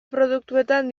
produktuetan